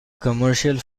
commercial